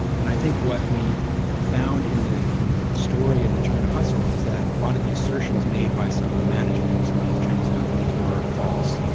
and i think what we found in the in the story in the china hustle is that a lot of the assertions made by some of the management of some of these chinese companies were false,